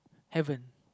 heaven